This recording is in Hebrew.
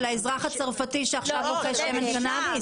של האזרח הצרפתי שעכשיו רוכש כאן קנאביס?